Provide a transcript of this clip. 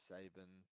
Saban